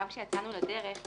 גם כשיצאנו לדרך,